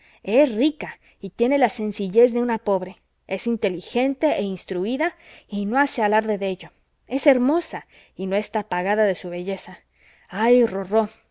es rica y tiene la sencillez de una pobre es inteligente e instruída y no hace alarde de ello es hermosa y no está pagada de su belleza ay rorró